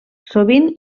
sovint